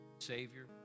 Savior